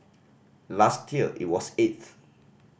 last year it was eighth